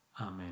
Amen